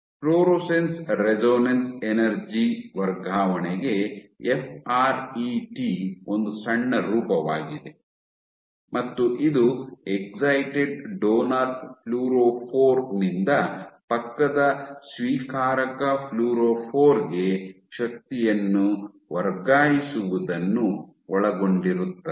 fluorescence resonance energy ವರ್ಗಾವಣೆಗೆ F R E T ಒಂದು ಸಣ್ಣ ರೂಪವಾಗಿದೆ ಮತ್ತು ಇದು ಎಕ್ಸೈಟೆಡ್ ಡೋನರ್ ಫ್ಲೋರೊಫೋರ್ ನಿಂದ ಪಕ್ಕದ ಸ್ವೀಕಾರಕ ಫ್ಲೋರೊಫೋರ್ ಗೆ ಶಕ್ತಿಯನ್ನು ವರ್ಗಾಯಿಸುವುದನ್ನು ಒಳಗೊಂಡಿರುತ್ತದೆ